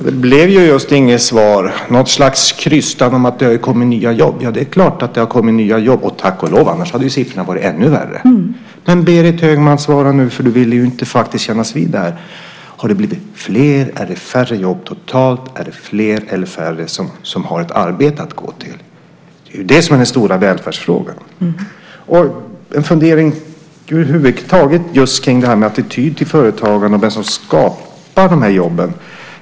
Herr talman! Det blev just inget svar. Det blev något slags krystat om att det har kommit nya jobb. Ja, det är klart att det har kommit nya jobb! Tack och lov för det, annars hade ju siffrorna varit ännu värre. Men, Berit Högman, svara nu! Du ville ju inte kännas vid det här. Har det blivit fler eller färre jobb? Är det totalt sett fler eller färre som har ett arbete att gå till? Det är ju det som är den stora välfärdsfrågan. Jag har en fundering över huvud taget om just det här med attityd till företagarna och till dem som skapar jobben.